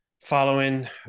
following